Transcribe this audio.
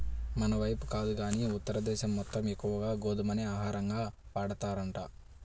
మనైపు కాదు గానీ ఉత్తర దేశం మొత్తం ఎక్కువగా గోధుమనే ఆహారంగా వాడతారంట